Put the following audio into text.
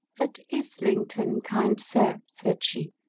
at islington, kind sir, sayd shee,